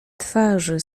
twarzy